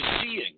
seeing